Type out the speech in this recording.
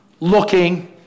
looking